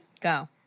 Go